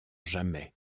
jamais